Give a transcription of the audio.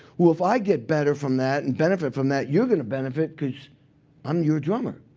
well, if i get better from that and benefit from that, you're going to benefit, because i'm your drummer.